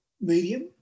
medium